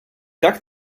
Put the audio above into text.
tak